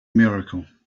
miracle